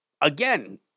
again